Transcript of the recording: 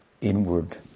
inward